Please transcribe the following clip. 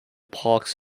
parks